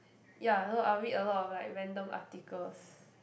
ya I know I will read a lot of like random articles